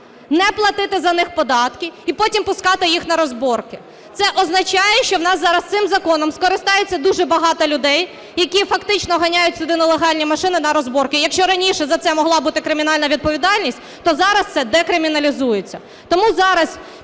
не платити за них податки і потім пускати їх на розборки. Це означає, що в нас зараз цим законом скористається дуже багато людей, які фактично ганяють сюди нелегальні машини на розборки. Якщо раніше за це могла бути кримінальна відповідальність, то зараз це декриміналізується.